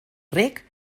rec